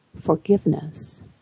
forgiveness